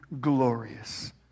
glorious